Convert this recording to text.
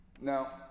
Now